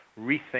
rethink